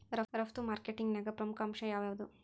ರಫ್ತು ಮಾರ್ಕೆಟಿಂಗ್ನ್ಯಾಗ ಪ್ರಮುಖ ಅಂಶ ಯಾವ್ಯಾವ್ದು?